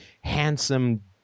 handsome